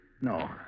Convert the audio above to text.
No